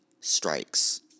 strikes